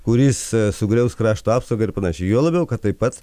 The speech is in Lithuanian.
kuris sugriaus krašto apsaugą ir panašiai juo labiau kad taip pat